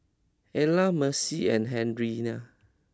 Elza Mercy and Henery